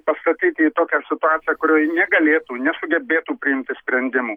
pastatyti į tokią situaciją kurioj negalėtų nesugebėtų priimti sprendimų